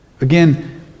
Again